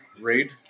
Raid